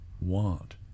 want